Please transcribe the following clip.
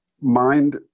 Mind